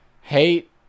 Hate